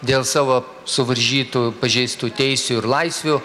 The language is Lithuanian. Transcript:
dėl savo suvaržytų pažeistų teisių ir laisvių